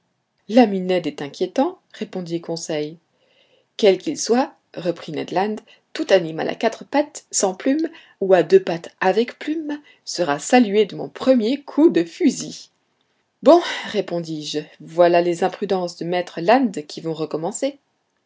l'ami ned est inquiétant répondit conseil quel qu'il soit reprit ned land tout animal à quatre pattes sans plumes ou à deux pattes avec plumes sera salué de mon premier coup de fusil bon répondis-je voilà les imprudences de maître land qui vont recommencer